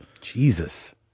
Jesus